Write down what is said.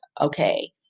okay